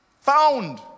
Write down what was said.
Found